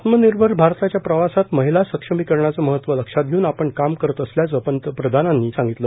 आत्मनिर्भर भारताच्या प्रवासात महिला सक्षमीकरणाचं महत्व लक्षात घेऊन आपण काम करत असल्याचं प्रधानमंत्र्यांनी सांगितलं